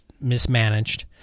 mismanaged